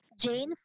Jane